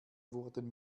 wurden